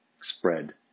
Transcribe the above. spread